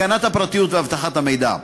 הגנת הפרטיות ואבטחת המידע,